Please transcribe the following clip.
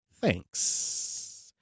Thanks